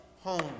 home